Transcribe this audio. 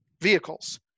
vehicles